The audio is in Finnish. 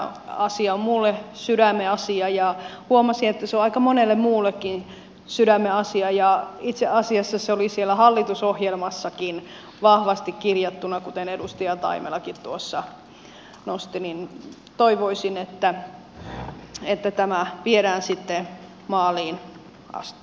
tämä asia on minulle sydämenasia ja huomasin että se on aika monelle muullekin sydämenasia ja itse asiassa se oli siellä hallitusohjelmassakin vahvasti kirjattuna kuten edustaja taimelakin tuossa nosti joten toivoisin että tämä viedään sitten maaliin asti